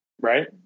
Right